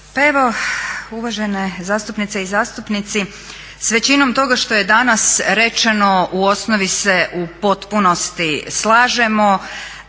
Pa evo uvažane zastupnice i zastupnici, s većinom toga što je danas rečeno u osnovi se u potpunosti slažemo,